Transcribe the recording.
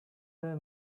her